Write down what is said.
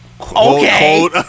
Okay